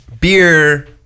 beer